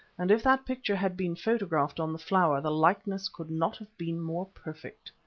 and if that picture had been photographed on the flower the likeness could not have been more perfect.